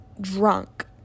drunk